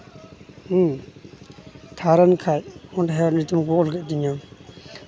ᱦᱮᱸ ᱛᱷᱟᱨᱰ ᱮᱱ ᱠᱷᱟᱡ ᱚᱸᱰᱮ ᱦᱚᱸ ᱧᱩᱛᱩᱢ ᱠᱚ ᱚᱞ ᱠᱮᱜ ᱛᱤᱧᱟ